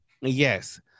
Yes